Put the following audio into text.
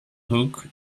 hook